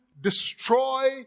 destroy